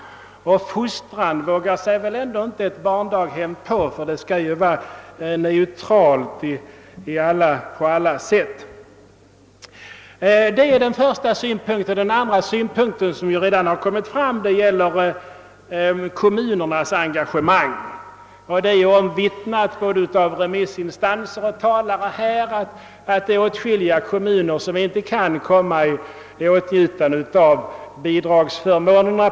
Fostran vågar sig väl inte en barnstuga på, ty där skall man ju på alla sätt vara neutral. Den andra synpunkt som jag ville anföra — den har för övrigt redan kommit fram i debatten — gäller kommunernas engagemang. Det har omvittnats både av remissinstanser och av talare i denna debatt, att det är åtskilliga kommuner som på grund av balansregeln inte kan komma i åtnjutande av bidragsförmånerna.